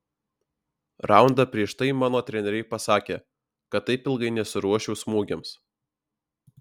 raundą prieš tai mano treneriai pasakė kad taip ilgai nesiruoščiau smūgiams